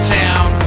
town